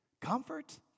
Comfort